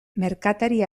merkatari